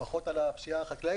אני עוסק פחות בפשיעה החקלאית,